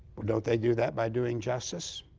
well, don't they do that by doing justice?